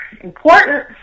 important